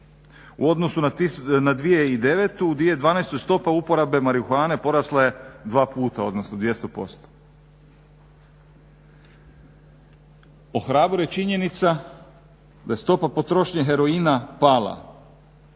u odnosu na 2009., 2012. stopa uporabe marihuane porasla je 2 puta, odnosno 200%. Ohrabruje činjenica da je stopa potrošnje heroina pala